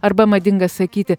arba madinga sakyti